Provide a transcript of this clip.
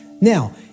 now